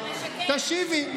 תשיבי.